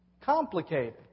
complicated